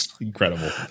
incredible